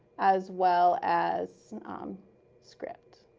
as well as script.